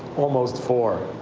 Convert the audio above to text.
almost four.